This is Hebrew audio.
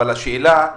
אבל השאלה היא